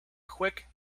quick